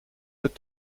het